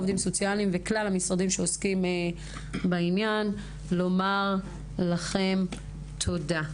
עובדים סוציאליים וכלל המשרדים שעוסקים בעניין לומר לכם תודה.